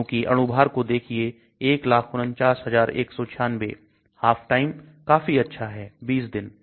क्योंकि अणु भार को देखिए 149196 half time काफी अच्छा है 20 दिन